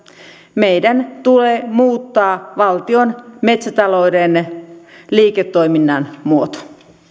meidän tulee muuttaa valtion metsätalouden liiketoiminnan muoto